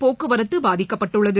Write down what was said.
போக்குவரத்தபாதிக்கப்பட்டுள்ளது